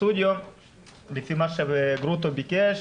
הסטודיו לפי מה שגרוטו ביקש,